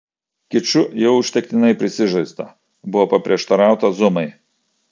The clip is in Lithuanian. kiču jau užtektinai prisižaista buvo paprieštarauta zumai